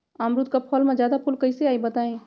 अमरुद क फल म जादा फूल कईसे आई बताई?